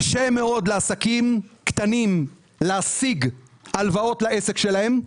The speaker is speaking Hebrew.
קשה מאוד לעסקים קטנים להשיג הלוואות לעסק שלהם,